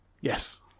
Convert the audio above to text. Yes